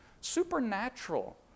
Supernatural